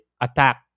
attack